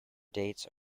dates